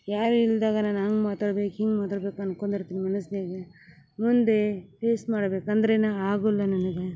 ಯಾರು ಇಲ್ದಾಗ ನಾನು ಹಂಗೆ ಮಾತಾಡ್ಬೇಕು ಹಿಂಗೆ ಮಾತಾಡ್ಬೇಕು ಅನ್ಕೊಂಡು ಇರ್ತೀನಿ ಮನಸ್ನ್ಯಾಗ ಮುಂದೆ ಫೇಸ್ ಮಾಡ್ಬೇಕಂದರೆ ನಾ ಆಗೋಲ್ಲ ನನಗೆ